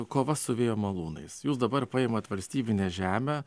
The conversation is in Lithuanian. kova su vėjo malūnais jūs dabar paimat valstybinę žemę